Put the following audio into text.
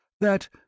That